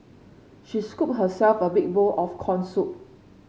she scooped herself a big bowl of corn soup